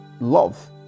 love